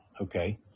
okay